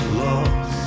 lost